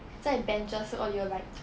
在 benches 时候有 like